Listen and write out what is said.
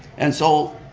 and so,